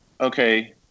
okay